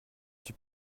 suis